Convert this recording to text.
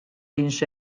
kienx